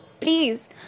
please